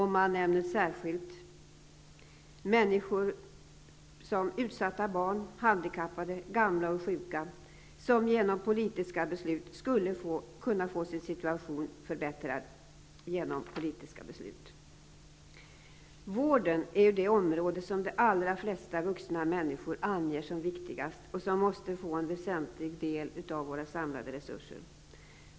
Man nämner särskilt utsatta barn, handikappade, gamla och sjuka, som skulle kunna få sin situation förbättrad genom politiska beslut. Vården är det område som de allra flesta vuxna människor anger som viktigast och som måste få en väsentlig del av våra samlade resurser.